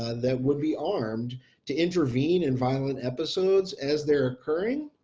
ah that would be armed to intervene and violent episodes as they're occurring,